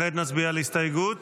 כעת נצביע על הסתייגות